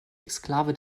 exklave